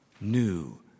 new